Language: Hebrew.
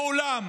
לעולם